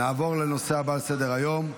נעבור לנושא הבא על סדר-היום,